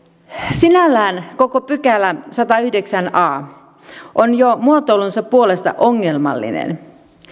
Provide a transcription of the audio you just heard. sinällään koko sadasyhdeksäs a pykälä on jo muotoilunsa puolesta ongelmallinen